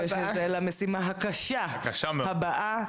למשימה הקשה הבאה.